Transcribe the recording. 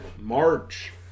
March